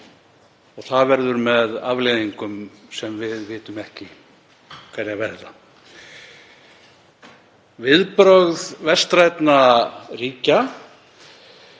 Það verður með afleiðingum sem við vitum ekki hverjar verða. Viðbrögð vestrænna ríkja